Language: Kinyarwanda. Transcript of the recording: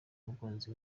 umukunzi